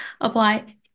apply